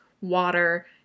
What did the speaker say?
water